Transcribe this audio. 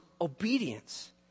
obedience